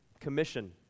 commission